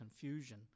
confusion